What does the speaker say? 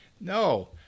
No